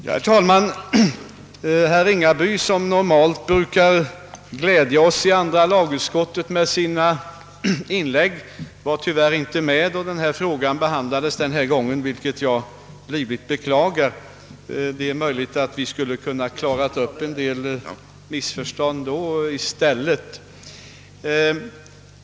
Herr talman! Herr Ringaby, som normalt brukar glädja oss i andra lagutskottet med sina inlägg, var tyvärr inte med då frågan behandlades denna gång, vilket jag livligt beklagar; det är möjligt att vi annars hade kunnat klara upp en del missförstånd redan i utskottet.